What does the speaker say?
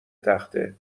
تخته